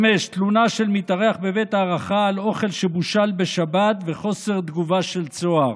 5. תלונה של מתארח בבית הארחה על אוכל שבושל בשבת וחוסר תגובה של צהר,